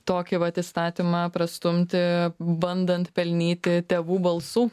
tokį vat įstatymą prastumti bandant pelnyti tėvų balsų